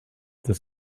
this